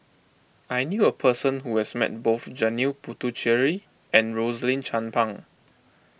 I knew a person who has met both Janil Puthucheary and Rosaline Chan Pang